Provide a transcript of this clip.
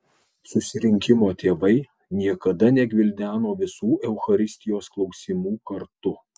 susirinkimo tėvai niekada negvildeno visų eucharistijos klausimų kartu